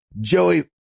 Joey